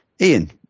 Ian